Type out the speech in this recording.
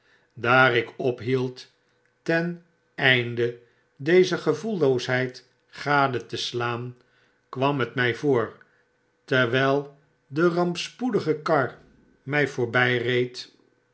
daar ik ophield ten einde deze gevoelloosheid gade te slaan kwam het mp voor terwyl de rampspoedige kar